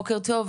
בוקר טוב.